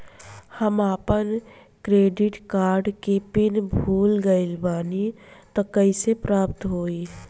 हम आपन credit card के पिन भुला गइल बानी त कइसे प्राप्त होई?